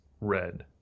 Red